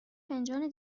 فنجان